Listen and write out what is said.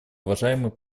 уважаемый